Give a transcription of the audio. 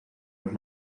los